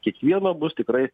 kiekvieno bus tikrai